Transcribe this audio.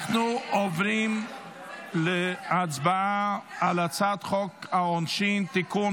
אנחנו עוברים להצבעה על הצעת חוק העונשין (תיקון,